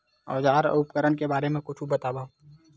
औजार अउ उपकरण के बारे मा कुछु बतावव?